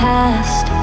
past